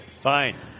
Fine